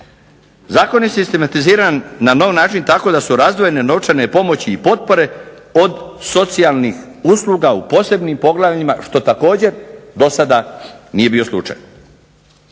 Zakon je sistematiziran na nov način tako da su razdvojene novčane pomoći i potpore od socijalnih usluga u posebnim poglavljima, što također do sada nije bio slučaj.